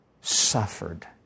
suffered